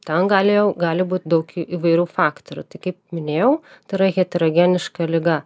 ten gali jau gali būti daug įvairių faktorių tai kaip minėjau tai yra heterogeniška liga